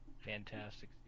Fantastic